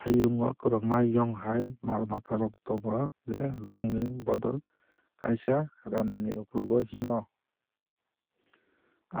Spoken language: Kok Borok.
Hayung o kwbangma yong hai mal mata rok tongo je bongni bodol kaisa raani ni ukulogo himo.